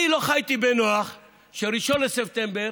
אני לא חייתי בנוח שב-1 בספטמבר